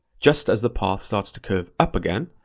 just as the path starts to curve up again,